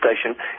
station